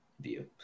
view